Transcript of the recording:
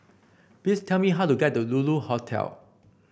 please tell me how to get to Lulu Hotel